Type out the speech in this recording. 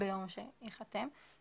ביום ________________ התש"ף (__________________ 2020),